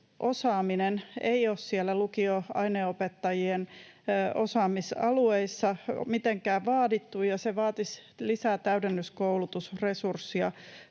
osaamista ei ole siellä lukion aineenopettajien osaamisalueissa mitenkään vaadittu, ja se vaatisi lisää täydennyskoulutusresurssia.